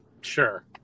sure